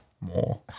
More